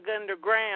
underground